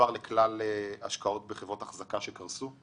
לכלל השקעות בחברות אחזקה שקרסו?